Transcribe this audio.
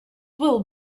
will